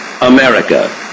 America